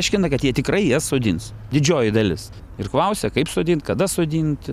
aiškina kad jie tikrai jas sodins didžioji dalis ir klausia kaip sodint kada sodint